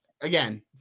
again –